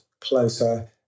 closer